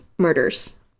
murders